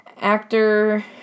actor